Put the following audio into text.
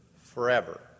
forever